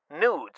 Nudes